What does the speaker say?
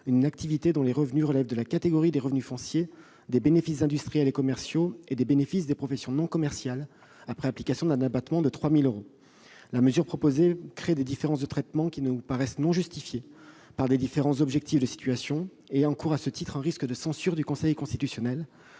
une activité dont les revenus relèvent de la catégorie des revenus fonciers, des bénéfices industriels et commerciaux ou des bénéfices des professions non commerciales, après application d'un abattement de 3 000 euros. La mesure proposée crée des différences de traitement non justifiées par des différences objectives de situation et encourt, à ce titre, un risque de censure par le Conseil constitutionnel.